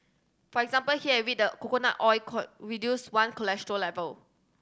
for example he had read that coconut oil could reduce one cholesterol level